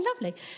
lovely